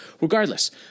Regardless